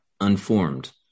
unformed